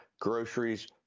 groceries